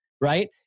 right